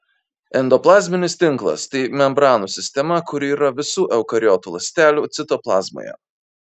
endoplazminis tinklas tai membranų sistema kuri yra visų eukariotų ląstelių citoplazmoje